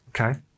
okay